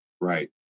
Right